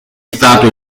stato